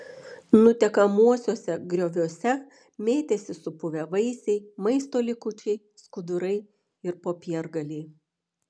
nutekamuosiuose grioviuose mėtėsi supuvę vaisiai maisto likučiai skudurai ir popiergaliai